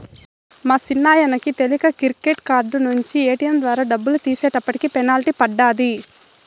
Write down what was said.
మా సిన్నాయనకి తెలీక క్రెడిట్ కార్డు నించి ఏటియం ద్వారా డబ్బులు తీసేటప్పటికి పెనల్టీ పడ్డాది